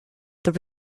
there